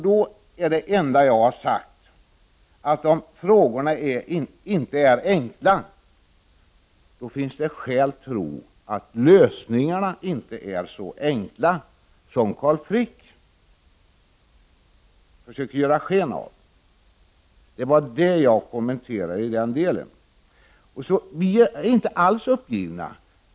Det enda jag har sagt är att om frågorna inte är enkla finns det skäl att tro att lösningarna inte heller är så enkla som Carl Frick försöker ge sken av. Det var detta jag kommenterade. Vi socialdemokrater är inte alls uppgivna.